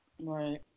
Right